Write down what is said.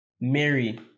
Mary